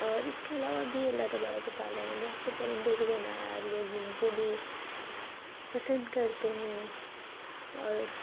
اور اس کے علاوہ بھی اللہ تبارک و تعالیٰ نے بہت سے پرندوں كو بنایا لوگ ان کو بھی پسند کرتے ہیں اور